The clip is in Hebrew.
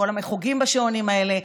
כל המחוגים בשעונים האלה,